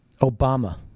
Obama